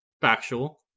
Factual